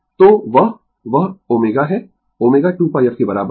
तो वह वह ω है ω 2πf के बराबर है